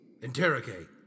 Interrogate